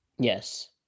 Yes